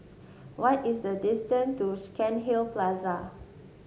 what is the distance to Cairnhill Plaza